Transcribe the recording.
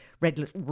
red